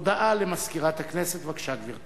הודעה למזכירת הכנסת, בבקשה, גברתי.